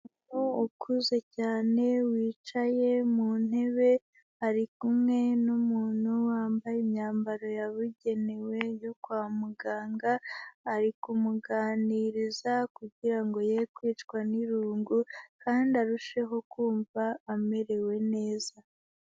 Umuntu ukuze cyane wicaye mu ntebe, ari kumwe n'umuntu wambaye imyambaro yabugenewe yo kwa muganga, ari kumuganiriza kugira ngo ye kwicwa n'irungu, kandi arusheho kumva amerewe neza.